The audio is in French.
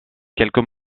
quelques